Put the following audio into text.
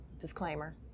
disclaimer